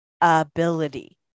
ability